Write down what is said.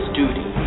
duty